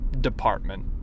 department